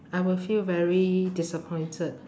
I will feel very disappointed